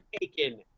taken